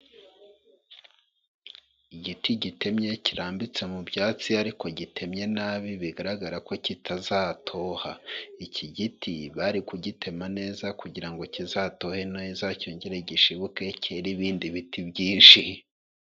Igiti gitemye kirambitse mu byatsi, ariko gitemye nabi bigaragara ko kitazatoha, iki giti bari kugitema neza kugira ngo kizatohe neza, cyongere gishibuke, kere ibindi biti byinshi.